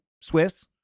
Swiss